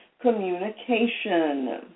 communication